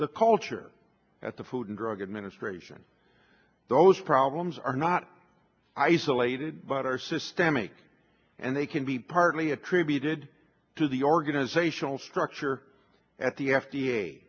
the culture at the food and drug administration those problems are not isolated but are systemic and they can be partly attributed to the organizational structure at the f